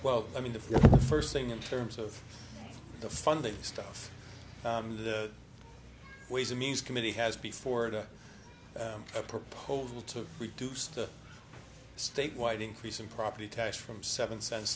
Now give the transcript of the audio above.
well i mean the first thing in terms of the funding stuff the ways and means committee has before into a proposal to reduce the statewide increase in property tax from seven cents